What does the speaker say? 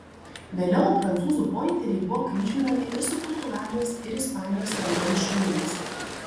vėliau prancūzų pointeriai buvo kryžminami ir su portugalijos ir ispanijos vandens šunimis